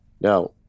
now